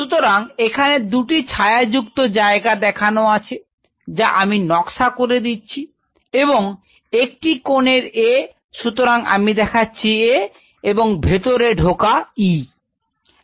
সুতরাং এখানে দুটি ছায়াযুক্ত জায়গা দেখানো আছে যা আমি নকশা করে দিচ্ছি এবং একটি কোণের A সুতরাং আমি দেখাচ্ছি A এবং ভেতরে ঢোকা E